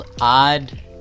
odd